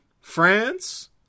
France